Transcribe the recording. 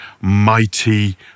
mighty